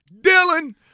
Dylan